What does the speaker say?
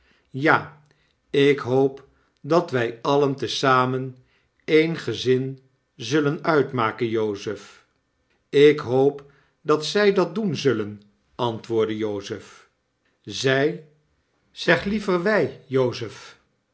ja ik hoop dat wy alien te zamen een gezin zullen uitmaken jozef ik hoop dat zij dat doen zullen antwoordde jozef zij zeg liever wy jozef